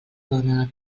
dona